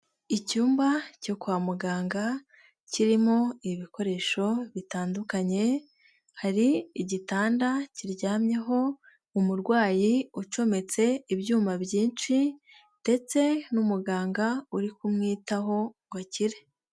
Icyumba cyo kwa muganga kirimo ibikoresho bitandukanye hari igitanda kiryamyeho umurwayi ucometse ibyuma byinshi ndetse n'umuganga uri kumwitaho ngo akire.